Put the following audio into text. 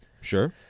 Sure